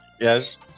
Yes